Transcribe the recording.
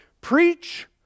preach